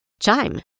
Chime